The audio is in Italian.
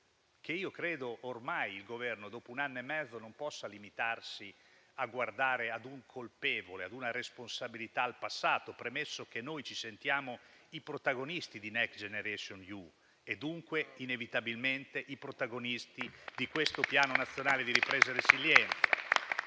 Credo che ormai il Governo, dopo un anno e mezzo, non possa limitarsi a guardare ad un colpevole, ad una responsabilità al passato, premesso che noi ci sentiamo i protagonisti di Next generation EU e dunque, inevitabilmente, di questo Piano nazionale di ripresa e resilienza.